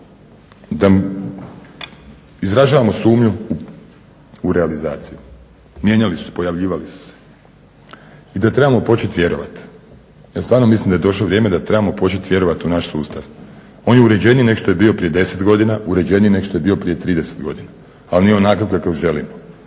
da izražavamo sumnju u realizaciju, mijenjali su, pojavljivali su se i da trebamo počet vjerovat. Ja stvarno mislim da je došlo vrijeme da trebamo počet vjerovat u naš sustav. On je uređeniji nego što je bio prije 10 godina, uređeniji nego što je bio prije 30 godina, ali nije onakav kakav želimo.